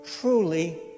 truly